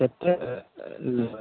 कत्तेक लेबै